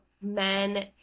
men